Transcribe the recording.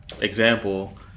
example